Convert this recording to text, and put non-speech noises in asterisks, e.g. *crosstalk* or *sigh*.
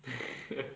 *laughs*